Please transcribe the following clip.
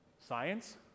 Science